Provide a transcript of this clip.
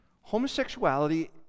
Homosexuality